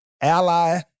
ally